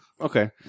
Okay